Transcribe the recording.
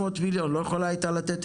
אבל זה היה טעות,